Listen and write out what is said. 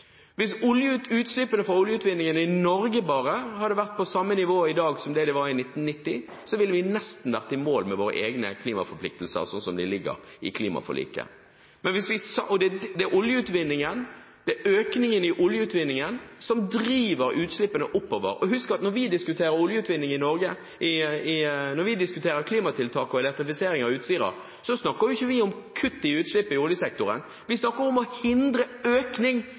Hvis utslippene fra oljeutvinningen bare i Norge hadde vært på samme nivå i dag som det det var i 1990, ville vi nesten vært i mål med våre egne klimaforpliktelser sånn som de ligger i klimaforliket. Det er økningen i oljeutvinningen som driver utslippene oppover. Og husk at når vi diskuterer oljeutvinning i Norge, når vi diskuterer klimatiltak og elektrifisering av Utsira, snakker vi ikke om kutt i utslipp i oljesektoren – vi snakker om å hindre økning